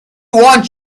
want